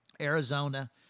Arizona